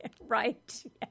Right